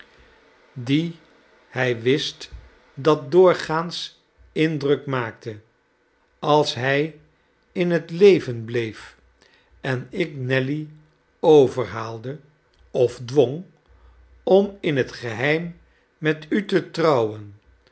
dien hij wist dat doorgaans indruk maakte als hij in het leven bleef en ik nelly overhaalde of dwong om in het geheim met u te trouwen